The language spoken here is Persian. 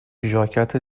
ژاکت